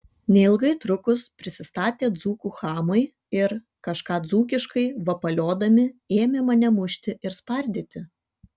neilgai trukus prisistatė dzūkų chamai ir kažką dzūkiškai vapaliodami ėmė mane mušti ir spardyti